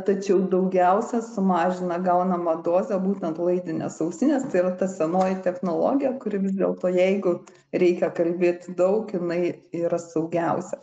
tačiau daugiausia sumažina gaunamą dozę būtent laidinės ausinės tai yra ta senoji technologija kuri vis dėlto jeigu reikia kalbėti daug jinai yra saugiausia